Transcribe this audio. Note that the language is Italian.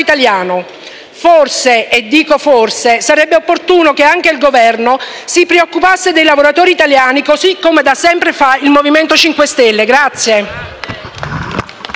italiano. Forse - e dico forse - sarebbe opportuno che anche il Governo si preoccupasse dei lavoratori italiani così come da sempre fa il Movimento 5 Stelle.